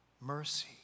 Mercy